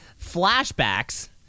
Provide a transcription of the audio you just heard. flashbacks